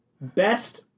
best